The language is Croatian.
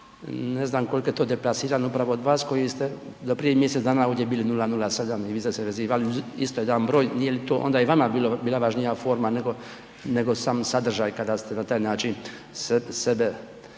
Ne znam koliko je to deplasirano upravo od vas koji ste do prije mjesec dana ovdje bili 007 i vi ste se vezivali isto uz jedan broj, nije li to onda i vama bila važnija forma nego, nego sam sadržaj kada ste na taj način sebe